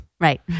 Right